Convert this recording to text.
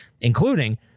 including